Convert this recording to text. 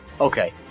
Okay